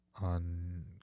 on